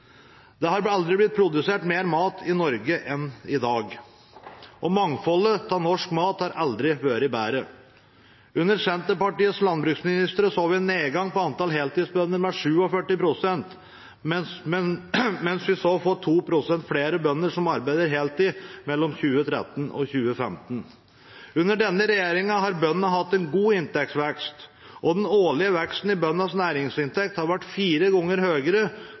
Det har aldri blitt produsert mer mat i Norge enn i dag, og mangfoldet av norsk mat har aldri vært bedre. Under Senterpartiets landbruks- og matministre så vi en nedgang i antall heltidsbønder på 47 pst., mens vi mellom 2013 og 2015 så at 2 pst. flere bønder arbeider heltid. Under denne regjeringen har bøndene hatt en god inntektsvekst. Den årlige veksten i bøndenes næringsinntekt har vært fire ganger høyere